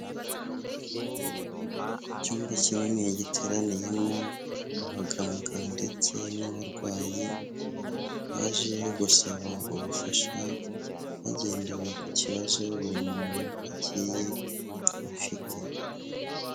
Icyumba kinini giteraniyemo abaganga ndetse n'abarwayi, baje gusaba ubufasha hagendewe ku kibazo buri muntu agiye afite.